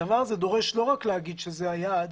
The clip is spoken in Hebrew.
הדבר הזה דורש לא רק להגיד שזה היעד,